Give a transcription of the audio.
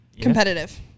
Competitive